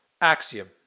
Axiom